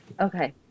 Okay